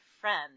friend